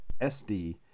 SD